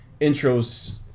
intros